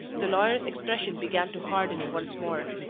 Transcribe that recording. the lawyer's expression began to harden once more.